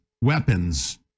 weapons